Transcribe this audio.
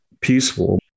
peaceful